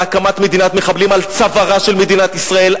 להקמת מדינת מחבלים על צווארה של מדינת ישראל,